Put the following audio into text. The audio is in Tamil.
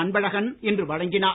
அன்பழகன் இன்று வழங்கினார்